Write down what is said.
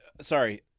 Sorry